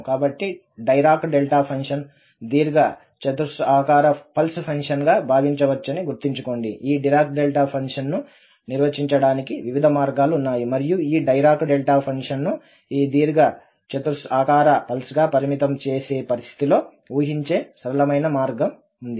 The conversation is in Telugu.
కాబట్టి డైరాక్ డెల్టా ఫంక్షన్ను దీర్ఘచతురస్రాకార పల్స్ ఫంక్షన్గా భావించవచ్చని గుర్తుంచుకోండి ఈ డిరాక్ డెల్టా ఫంక్షన్ను నిర్వచించడానికి వివిధ మార్గాలు ఉన్నాయి మరియు ఈ డైరాక్ డెల్టా ఫంక్షన్ను ఈ దీర్ఘచతురస్రాకార పల్స్గా పరిమితం చేసే పరిస్థితిలో ఊహించే సరళమైన మార్గం ఉంది